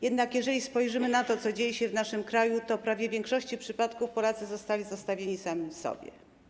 Jednak jeżeli spojrzymy na to, co dzieje się w naszym kraju, to prawie w większości przypadków Polacy zostali zostawieni sami sobie.